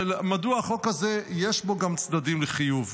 טיעונים מדוע בחוק הזה יש גם צדדים לחיוב,